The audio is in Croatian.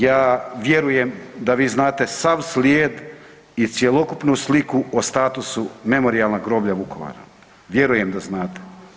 Ja vjerujem da vi znate sav slijed i cjelokupnu sliku o statusu memorijalnog groblja Vukovar, vjerujem da znate.